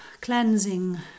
cleansing